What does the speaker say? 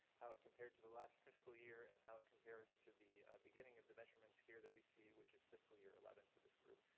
how it compared to the last fiscal year, and how it compares to the beginning of the measurements here that we see, which is fiscal year eleven for this group.